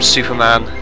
Superman